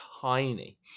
tiny